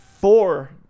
four